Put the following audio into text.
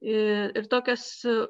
ir tokias